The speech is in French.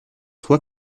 toi